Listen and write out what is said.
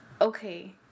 Okay